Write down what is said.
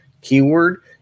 keyword